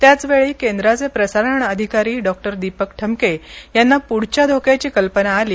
त्याच वेळी केंद्राचे प्रसारण अधिकारी डॉ दीपक ठमके यांना पुढच्या धोक्याची कल्पना आली